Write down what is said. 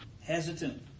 hesitant